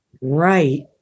Right